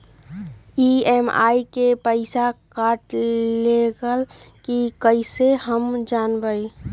EMI के पईसा कट गेलक कि ना कइसे हम जानब?